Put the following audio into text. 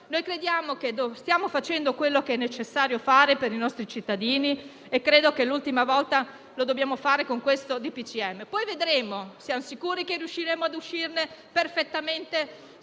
del virus. Stiamo facendo quello che è necessario fare per i nostri cittadini e credo che, per un'ultima volta, lo dobbiamo fare con questo DPCM. Siamo sicuri che riusciremo ad uscire perfettamente